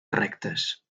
rectes